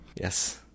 yes